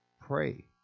Pray